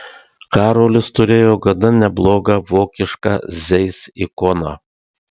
karolis turėjo gana neblogą vokišką zeiss ikoną